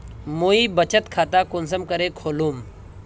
मुई बचत खता कुंसम करे खोलुम?